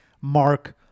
Mark